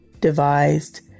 devised